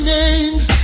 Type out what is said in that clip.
names